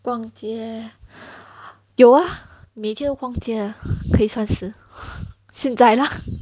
逛街有 ah 每天都逛街 ah 可以算是现在 lah